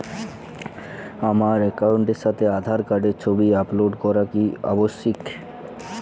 আমার অ্যাকাউন্টের সাথে আধার কার্ডের ছবি আপলোড করা কি আবশ্যিক?